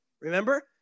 Remember